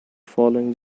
following